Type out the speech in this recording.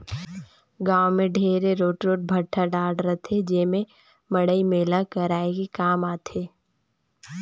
गाँव मे ढेरे रोट रोट भाठा डाँड़ रहथे जेम्हे मड़ई मेला कराये के काम आथे